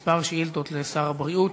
לכמה שאילתות לשר הבריאות.